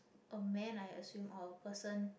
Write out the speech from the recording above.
a man I assume or a person